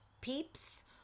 peeps